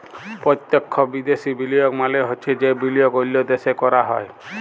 পত্যক্ষ বিদ্যাশি বিলিয়গ মালে হছে যে বিলিয়গ অল্য দ্যাশে ক্যরা হ্যয়